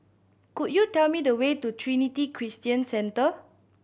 could you tell me the way to Trinity Christian Centre